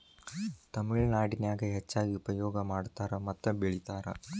ತಮಿಳನಾಡಿನ್ಯಾಗ ಹೆಚ್ಚಾಗಿ ಉಪಯೋಗ ಮಾಡತಾರ ಮತ್ತ ಬೆಳಿತಾರ